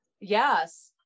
Yes